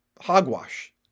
hogwash